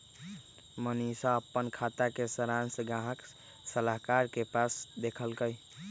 मनीशा अप्पन खाता के सरांश गाहक सलाहकार के पास से देखलकई